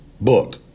book